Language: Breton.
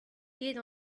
ket